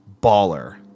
baller